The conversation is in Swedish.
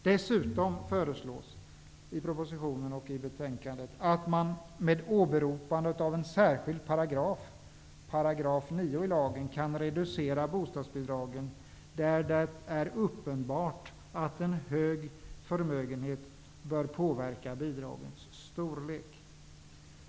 Dessutom föreslås i propositionen och betänkandet att man med åberopande av en särskild paragraf, 9 § i lagen, kan reducera bostadsbidragen, där det är uppenbart att en hög förmögenhet bör påverka bidragets storlek.